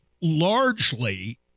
largely